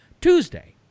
Tuesday